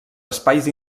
espais